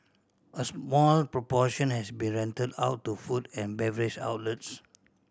a small proportion has been rent out to food and beverage outlets